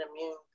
immune